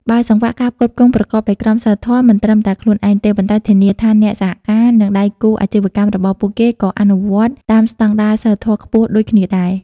បើសង្វាក់ការផ្គត់ផ្គង់ប្រកបដោយក្រមសីលធម៌ មិនត្រឹមតែខ្លួនឯងទេ ប៉ុន្តែធានាថាអ្នកសហការ និងដៃគូអាជីវកម្មរបស់ពួកគេក៏អនុវត្តតាមស្តង់ដារសីលធម៌ខ្ពស់ដូចគ្នាដែរ ។